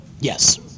Yes